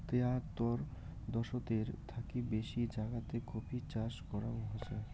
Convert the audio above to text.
তিয়াত্তর দ্যাশেতের থাকি বেশি জাগাতে কফি চাষ করাঙ হসে